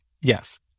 Yes